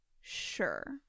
sure